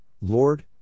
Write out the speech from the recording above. Lord